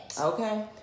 Okay